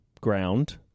ground